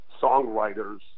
songwriters